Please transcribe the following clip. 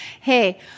hey